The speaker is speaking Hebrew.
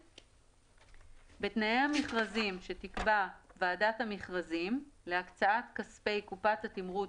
"(ג)בתנאי המכרזים שתקבע ועדת המכרזים להקצאת כספי קופת התמרוץ,